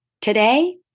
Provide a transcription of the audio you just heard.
today